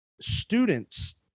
students